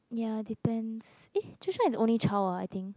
ya depends eh is the only child ah I think